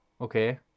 Okay